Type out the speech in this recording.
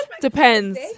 Depends